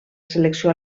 selecció